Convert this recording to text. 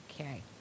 Okay